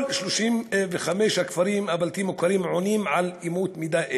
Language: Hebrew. כל 35 הכפרים הבלתי-מוכרים עונים על אמות מידה אלו.